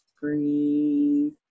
breathe